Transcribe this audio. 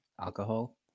alcohol